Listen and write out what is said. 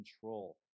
control